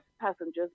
passengers